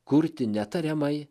kurti ne tariamai